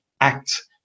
act